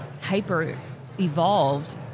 hyper-evolved